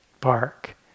bark